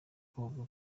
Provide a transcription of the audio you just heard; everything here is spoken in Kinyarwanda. koga